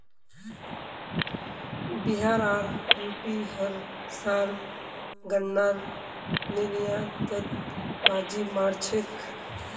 बिहार आर यू.पी हर साल गन्नार निर्यातत बाजी मार छेक